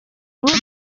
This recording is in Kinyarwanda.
rubuga